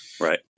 Right